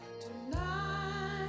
Tonight